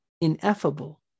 ineffable